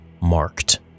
Marked